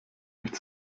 nicht